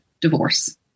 divorce